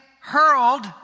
hurled